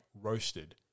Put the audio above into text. roasted